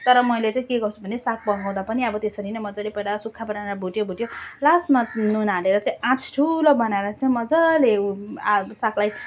तर मैले चाहिँ के गर्छु भने साग पकाउँदा पनि अब त्यसरी नै मजाले पहिला सुक्खा बनाएर भुट्यो भुट्यो लास्टमा नुन हालेर चाहिँ आँच ठुलो बनाएर चाहिँ मजाले ऊ आ सागलाई